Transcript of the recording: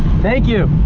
thank you.